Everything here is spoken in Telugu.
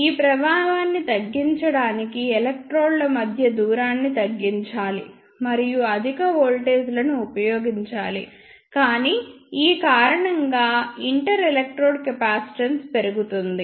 ఈ ప్రభావాన్ని తగ్గించడానికి ఎలక్ట్రోడ్ల మధ్య దూరాన్ని తగ్గించాలి మరియు అధిక వోల్టేజ్లను ఉపయోగించాలి కాని ఈ కారణంగా ఇంటర్ ఎలక్ట్రోడ్ కెపాసిటెన్స్ పెరుగుతుంది